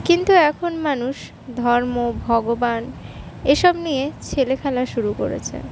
কিন্তু এখন মানুষ ধর্ম ভগবান এসব নিয়ে ছেলেখেলা শুরু করেছে